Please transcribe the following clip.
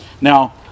Now